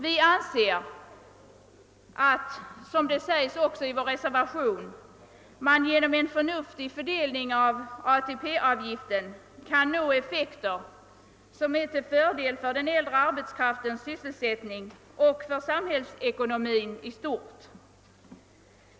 Vi anser att — vilket även framhålls i vår reservation — man genom en förnuftig fördelning av ATP avgiften kan uppnå effekter som är till fördel för den äldre arbetskraftens sysselsättning och för samhällsekonomin i stort.